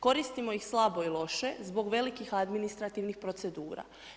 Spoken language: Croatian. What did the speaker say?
Koristimo ih slabo i loše zbog velikih administrativnih procedura.